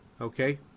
okay